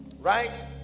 right